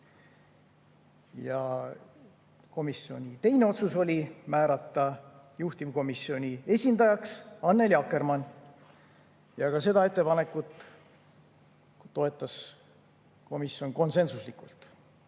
Komisjoni teine otsus oli määrata juhtivkomisjoni esindajaks Annely Akkermann, ka seda ettepanekut toetas komisjon konsensuslikult.